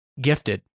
gifted